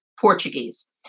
Portuguese